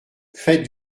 faites